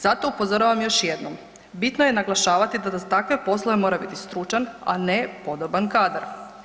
Zato upozoravam još jednom, bitno je naglašavati da za takve poslove mora biti stručan, a ne podoban kadar.